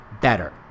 better